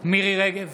מירי מרים רגב,